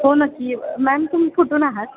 हो नक्की मॅम तुम्ही कुठून आहात